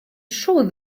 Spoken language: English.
shoot